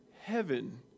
heaven